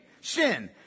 sin